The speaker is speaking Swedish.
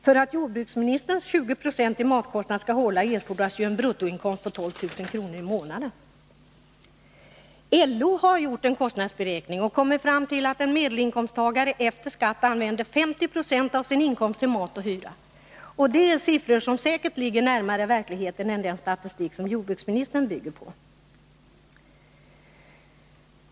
För att jordbruksministerns 20 96 i matkostnad skall hålla erfordras en bruttoinkomst på 12 000 kr. i månaden. LO har också gjort en kostnadsberäkning och kommit fram till att en medelinkomsttagare använder 50 20 av sin inkomst efter skatt till mat och hyra. Det är siffror som säkert ligger närmare verkligheten än den statistik som jordbruksministern bygger på.